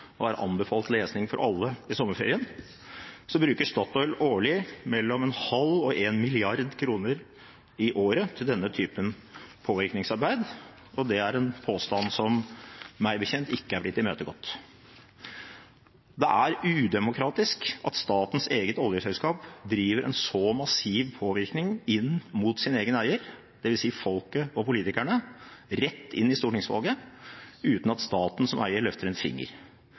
og er anbefalt lesning for alle i sommerferien – bruker Statoil årlig mellom ½ og 1 mrd. kr i året til denne typen påvirkningsarbeid, og det er en påstand som meg bekjent ikke er blitt imøtegått. Det er udemokratisk at statens eget oljeselskap driver en så massiv påvirkning inn mot sin egen eier, dvs. folket og politikerne, rett inn i stortingsvalget uten at staten som eier løfter en finger.